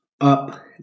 Up